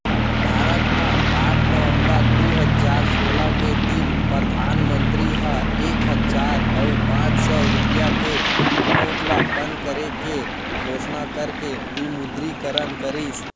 भारत म आठ नवंबर दू हजार सोलह के दिन परधानमंतरी ह एक हजार अउ पांच सौ रुपया के नोट बंद करे के घोसना करके विमुद्रीकरन करिस